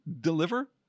deliver